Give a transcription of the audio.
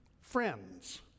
friends